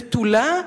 בתולה,